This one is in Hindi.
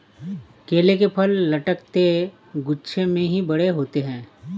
केले के फल लटकते गुच्छों में ही बड़े होते है